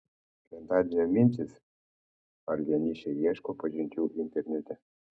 šventadienio mintys ar vienišiai ieško pažinčių internete